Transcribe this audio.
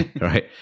right